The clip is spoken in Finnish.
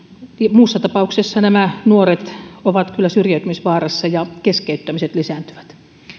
muussa tapauksessa nämä nuoret ovat kyllä syrjäytymisvaarassa ja keskeyttämiset lisääntyvät